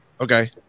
Okay